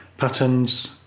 Patterns